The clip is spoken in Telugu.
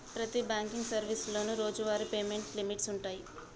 ప్రతి బాంకింగ్ సర్వీసులోనూ రోజువారీ పేమెంట్ లిమిట్స్ వుంటయ్యి